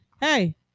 Hey